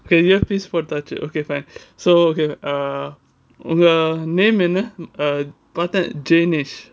okay earpiece for போட்டாச்சு:potachu okay fine so okay uh err name என்ன:enna uh பார்த்தா:partha janish